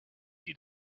die